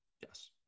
Yes